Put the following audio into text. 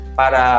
para